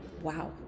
Wow